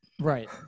Right